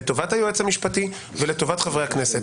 לטובת היועץ המשפטי ולטובת חברי הכנסת.